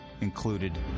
included